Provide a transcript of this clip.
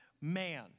Man